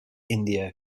india